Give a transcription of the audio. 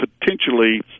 potentially